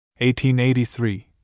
1883